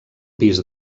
pis